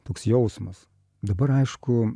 toks jausmas dabar aišku